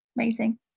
Amazing